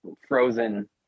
frozen